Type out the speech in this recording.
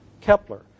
Kepler